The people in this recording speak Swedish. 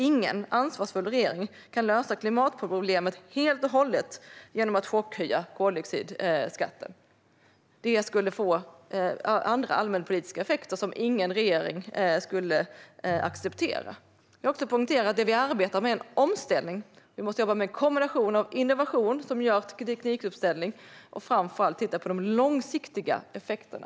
Ingen ansvarsfull regering kan lösa klimatproblemet helt och hållet genom att chockhöja koldioxidskatten. Det skulle få andra allmänpolitiska effekter som ingen regering skulle acceptera. Jag vill också poängtera att vi arbetar med en omställning. Vi måste jobba med innovation - teknikutveckling - och med att titta framför allt på de långsiktiga effekterna.